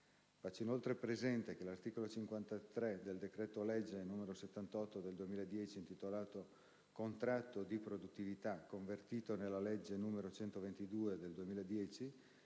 Faccio inoltre presente che l'articolo 53 del decreto-legge n. 78 del 2010 (intitolato «Contratto di produttività»), convertito dalla legge n. 122 del 2010,